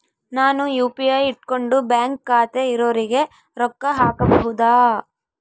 ನಾನು ಯು.ಪಿ.ಐ ಇಟ್ಕೊಂಡು ಬ್ಯಾಂಕ್ ಖಾತೆ ಇರೊರಿಗೆ ರೊಕ್ಕ ಹಾಕಬಹುದಾ?